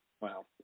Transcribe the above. Wow